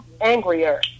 angrier